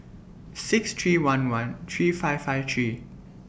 six three one one three five five three